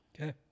Okay